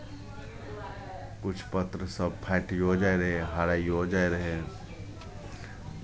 किछु पत्र सभ फाटियो जाइ रहै हराइयो जाइ रहै